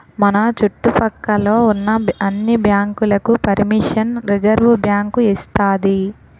మన చుట్టు పక్క లో ఉన్న అన్ని బ్యాంకులకు పరిమిషన్ రిజర్వుబ్యాంకు ఇస్తాది